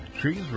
trees